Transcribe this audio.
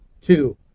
two